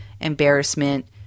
embarrassment